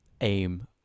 aim